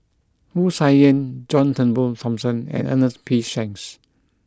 Wu Tsai Yen John Turnbull Thomson and Ernest P Shanks